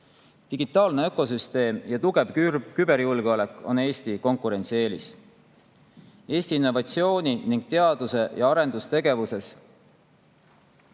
Digitaalne ökosüsteem ja tugev küberjulgeolek on Eesti konkurentsieelis. Eesti innovatsioon ning teadus- ja arendustegevus